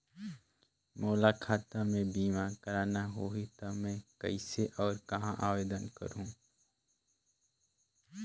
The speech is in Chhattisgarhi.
मोला खाता मे बीमा करना होहि ता मैं कइसे और कहां आवेदन करहूं?